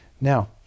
Now